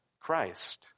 Christ